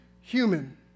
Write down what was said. human